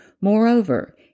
Moreover